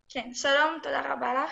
שלום, תודה רבה לך.